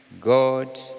God